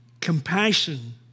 compassion